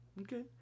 Okay